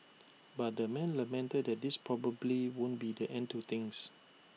but the man lamented that this probably won't be the end to things